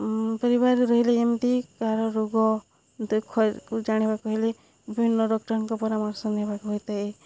ପରିବାରରେ ରହିଲେ ଯେମିତି କାହାର ରୋଗ ଦୁଃଖକୁ ଜାଣିବାକୁ ହେଲେ ବିଭିନ୍ନ ରକ୍ଟରଙ୍କ ପରାମର୍ଶ ନେବାକୁ ହୋଇଥାଏ